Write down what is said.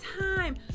time